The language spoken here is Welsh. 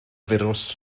firws